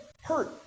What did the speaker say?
hurt